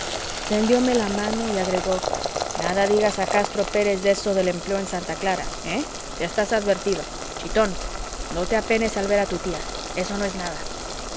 mundo tendióme la mano y agregó nada digas a castro pérez de eso del empleo en santa clara eh ya estás advertido chitón no te apenes al ver a tu tía eso no es nada